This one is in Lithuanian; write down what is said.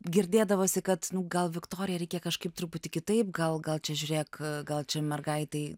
girdėdavosi kad gal viktorija reikia kažkaip truputį kitaip gal gal čia žiūrėk gal čia mergaitei